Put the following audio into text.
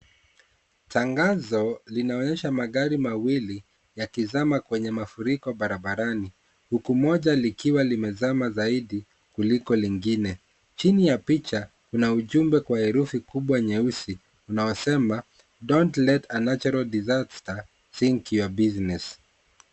Tangazo linaonyesha magari mawili yakizama kwenye mafuriko barabarani, huku moja likiwa limezama zaidi kuliko lingine. Chini ya picha, kuna ujumbe kwa herufi kubwa nyeusi unaosema, Don't let a natural disasters sink your business .